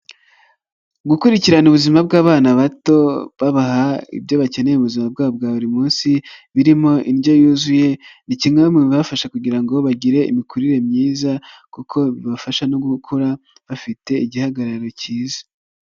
Gukurikirana ubuzima bw'abana bato babaha ibyo bakeneyezima bwabo bwa buri munsi birimo indyo yuzuye, ni kimwe mu bibafasha kugira ngo bagire imikurire myiza, kuko bibafasha no gukura bafite igihagararo cyiza.